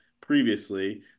previously